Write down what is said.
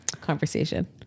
conversation